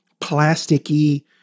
plasticky